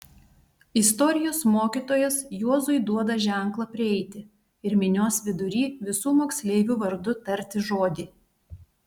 istorijos mokytojas juozui duoda ženklą prieiti ir minios vidury visų moksleivių vardu tarti žodį